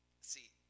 See